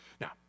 Now